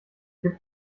gib